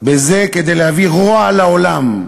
בזה כדי להביא רוע על העולם.